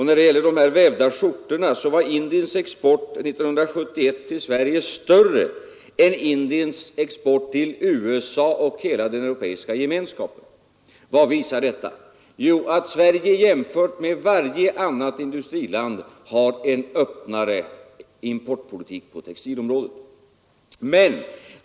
När det gäller de vävda skjortorna var Indiens export 1971 till Sverige större än Indiens export till USA och hela den europeiska gemenskapen. Vad visar detta? Jo, att Sverige jämfört med varje annat industriland har en öppnare importpolitik på textilområdet.